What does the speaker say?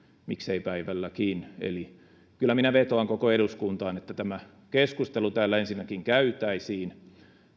miksei päivälläkin eli kyllä minä vetoan koko eduskuntaan että tämä keskustelu täällä ensinnäkin käytäisiin